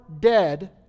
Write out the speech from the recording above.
dead